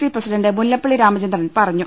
C president Mullappally Ramachandran പറഞ്ഞു